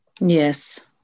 Yes